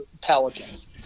Pelicans